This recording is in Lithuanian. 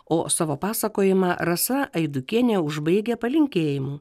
o savo pasakojimą rasa aidukienė užbaigia palinkėjimu